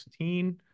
16